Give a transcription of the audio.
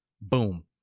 Boom